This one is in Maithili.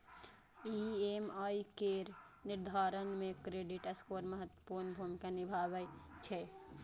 ई.एम.आई केर निर्धारण मे क्रेडिट स्कोर महत्वपूर्ण भूमिका निभाबै छै